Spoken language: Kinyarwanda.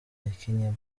yakinnyemo